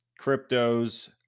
cryptos